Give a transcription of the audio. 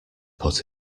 put